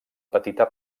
petita